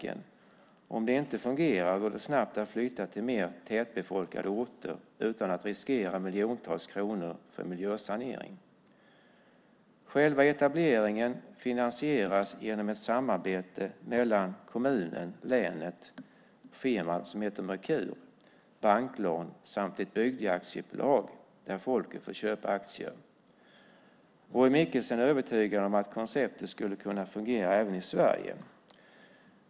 Och om det inte fungerar går det snabbt att flytta till mer tätbefolkade orter, utan att riskera miljontals kronor för miljösanering." Själva etableringen finansieras genom ett samarbete mellan kommunen, länet, firman Merkur, banklån samt ett bygdeaktiebolag, där folket får köpa aktier. Roy Michaelsen är övertygad om att konceptet skulle kunna fungera även i Sverige.